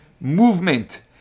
movement